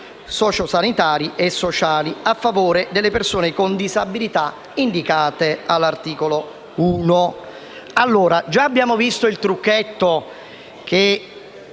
socio sanitari e sociali a favore delle persone con disabilità indicate all'articolo 1». Già abbiamo visto il trucchetto che